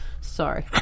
Sorry